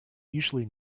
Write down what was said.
usually